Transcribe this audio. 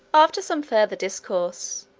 after some further discourse,